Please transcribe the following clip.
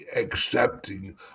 accepting